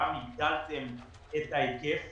גם הגדלתם את ההיקף,